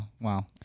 wow